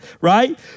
right